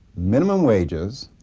minimum wages,